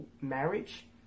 marriage